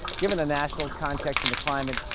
given a national context in the climate,